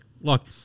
look